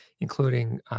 including